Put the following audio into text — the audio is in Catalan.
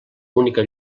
única